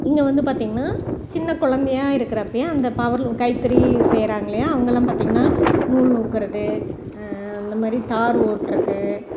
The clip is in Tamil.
இங்கே வந்து பார்த்தீங்கன்னா சின்ன கொழந்தையா இருக்கிறப்பையே அந்த பவர் லூம் கைத்தறி செய்கிறாங்க இல்லையா அவங்கள்லாம் பார்த்தீங்கன்னா நூல் நுாற்கறது அந்த மாதிரி தாரு ஓட்டுறது